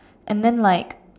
and then like